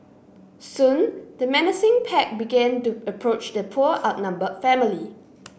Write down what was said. soon the menacing pack began to approach the poor outnumbered family